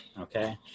Okay